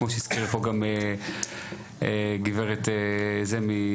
כמו שהזכירה פה גם גברת מיכל,